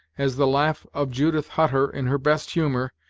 as the laugh of judith hutter, in her best humor,